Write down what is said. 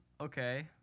Okay